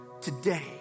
today